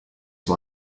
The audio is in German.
war